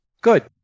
Good